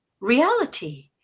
reality